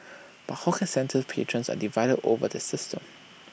but hawker centre patrons are divided over the system